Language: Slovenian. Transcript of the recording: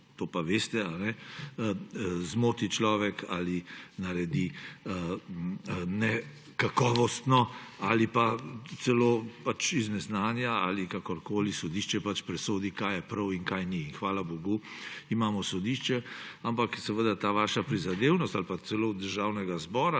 to pa veste, človek zmoti ali naredi nekakovostno ali pa tudi iz neznanja ali kakorkoli sodišče presodi, kaj je prav in kaj ni. Hvala bogu, imamo sodišče. Ampak ta vaša prizadevnost ali pa celo od Državnega zbora